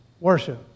worship